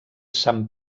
san